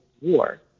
war